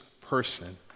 person